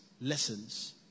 lessons